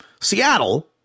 Seattle